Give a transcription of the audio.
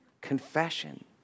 Confession